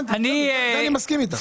הבנתי, זה אני מסכים איתך.